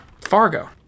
Fargo